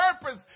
purpose